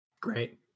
great